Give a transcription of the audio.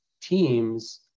teams